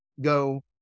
go